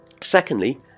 Secondly